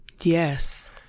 yes